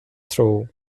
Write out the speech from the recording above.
through